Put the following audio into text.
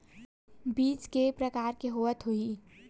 बीज के प्रकार के होत होही?